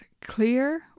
clear